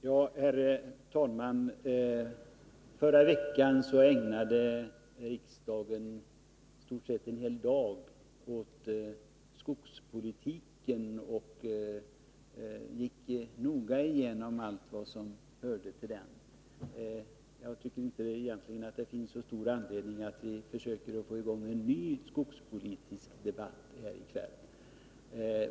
Herr talman! Förra veckan ägnade riksdagen i stort sett en hel dag åt skogspolitiken och gick noga igenom allt vad som hör till den. Jag tycker att det egentligen inte finns så stor anledning att försöka få i gång en ny skogspolitisk debatt här i kväll.